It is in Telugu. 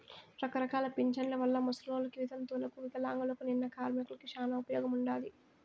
రకరకాల పింఛన్ల వల్ల ముసలోళ్ళకి, వితంతువులకు వికలాంగులకు, నిన్న కార్మికులకి శానా ఉపయోగముండాది